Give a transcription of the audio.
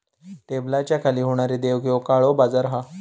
टेबलाच्या खाली होणारी देवघेव काळो बाजार हा